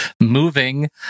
moving